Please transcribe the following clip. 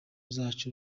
zacu